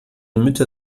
mütter